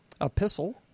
epistle